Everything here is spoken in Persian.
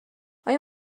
آیا